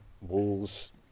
walls